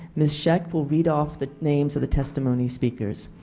ms. shek will read off the names of the testimony speakers.